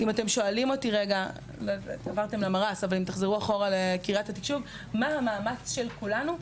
אם אתם שואלים אותי, מה המאמץ של כולנו?